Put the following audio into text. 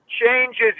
changes